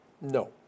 No